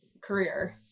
career